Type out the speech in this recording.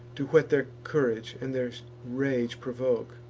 to whet their courage and their rage provoke.